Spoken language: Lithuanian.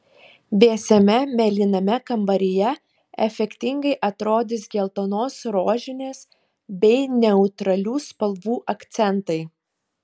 vėsiame mėlyname kambaryje efektingai atrodys geltonos rožinės bei neutralių spalvų akcentai